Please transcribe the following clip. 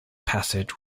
passage